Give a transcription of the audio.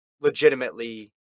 legitimately